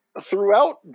throughout